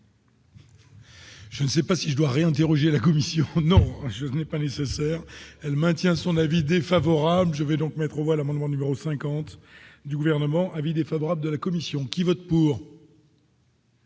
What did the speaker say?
Je ne sais pas si je dois réinterroger la commission non je n'ai pas nécessaire, elle maintient son avis défavorable, je vais donc mettre aux voix l'amendement numéro 50 du gouvernement : avis défavorable de la commission qui vote pour.